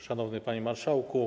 Szanowny Panie Marszałku!